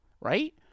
right